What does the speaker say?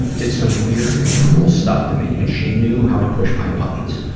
did some weird and cruel stuff to me and she knew how to push my buttons.